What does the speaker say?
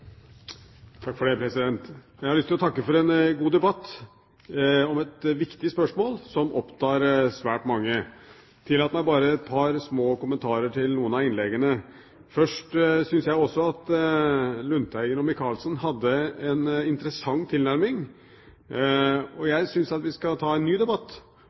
Jeg har lyst til å takke for en god debatt om et viktig spørsmål som opptar svært mange. Tillat meg bare et par små kommentarer til noen av innleggene. Først må jeg si at Lundteigen og Micaelsen hadde en interessant tilnærming. Jeg syns at vi skal ta en ny debatt